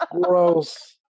Gross